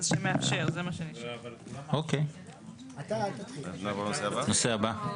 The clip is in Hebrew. אוקי הנושא הבא.